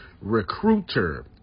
Recruiter